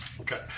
Okay